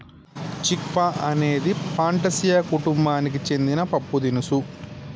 చిక్ పా అంది ఫాటాసియా కుతుంబానికి సెందిన పప్పుదినుసు